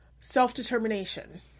self-determination